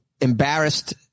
embarrassed